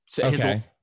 Okay